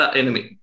enemy